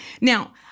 Now